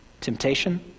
temptation